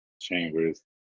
Chambers